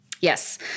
Yes